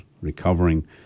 recovering